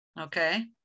okay